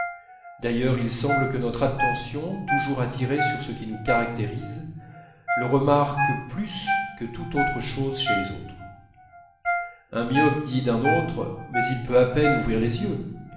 d'ailleurs il semble que notre attention toujours attirée sur ce qui nous caractérise le remarque plus que toute autre chose chez les autres un myope dit d'un autre mais il peut à peine ouvrir les yeux